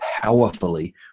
powerfully